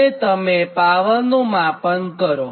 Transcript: તો તમે પાવરનું માપન કરો